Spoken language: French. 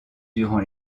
durant